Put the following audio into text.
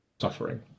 suffering